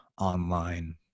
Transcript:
Online